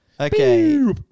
Okay